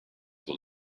will